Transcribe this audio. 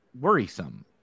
worrisome